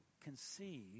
conceive